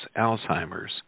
Alzheimer's